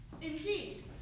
Indeed